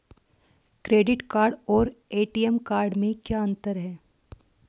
Credit card और ATM card में क्या अंतर है?